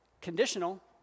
conditional